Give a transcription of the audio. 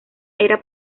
era